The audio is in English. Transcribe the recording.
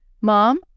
Mom